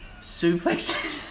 Suplex